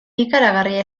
ikaragarria